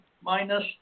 minus